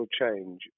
change